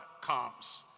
comes